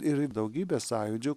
ir daugybė sąjūdžių